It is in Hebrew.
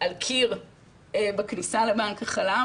על קיר בכניסה לבנק החלב.